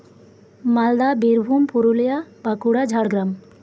Malda Birbhum Purulia Bankura Jhargram